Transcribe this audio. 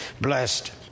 blessed